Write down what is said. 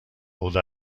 oder